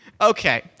Okay